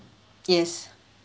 yes